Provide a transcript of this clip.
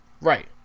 Right